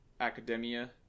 Academia